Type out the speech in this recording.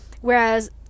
whereas